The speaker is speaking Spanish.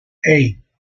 hey